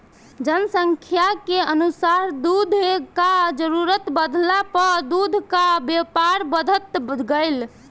जनसंख्या के अनुसार दूध कअ जरूरत बढ़ला पअ दूध कअ व्यापार बढ़त गइल